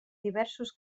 diversos